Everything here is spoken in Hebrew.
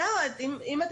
ממש.